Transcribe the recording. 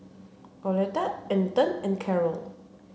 Coletta Anton and Karol